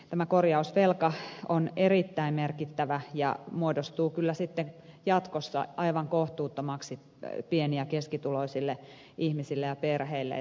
tämä korjausvelka on erittäin merkittävä ja muodostuu kyllä sitten jatkossa aivan kohtuuttomaksi pieni ja keskituloisille ihmisille ja perheille